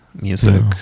music